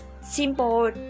simple